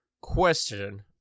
Question